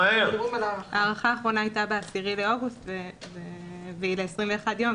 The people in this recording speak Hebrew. ההארכה האחרונה הייתה ב-10 באוגוסט והיא ל-21 ימים,